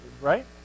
Right